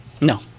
No